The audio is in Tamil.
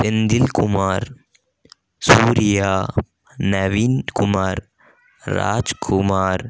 செந்தில் குமார் சூரியா நவீன் குமார் ராஜ்குமார்